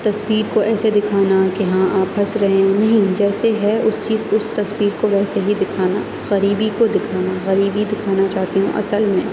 تصویر کو ایسے دکھانا کہ ہاں آپ ہنس رہے ہیں نہیں جیسے ہے اس چیز اس تصویر کو ویسے ہی دکھانا غریبی کو دکھانا غریبی دکھانا چاہتی ہوں اصل میں